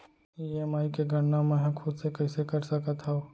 EMI के गड़ना मैं हा खुद से कइसे कर सकत हव?